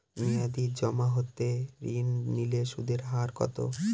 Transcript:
মেয়াদী জমা হতে ঋণ নিলে সুদের হার কত?